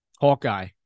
Hawkeye